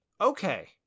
Okay